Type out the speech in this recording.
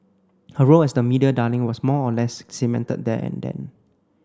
her role as the media darling was more or less cemented there and then